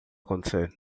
acontecer